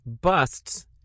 busts